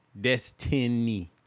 Destiny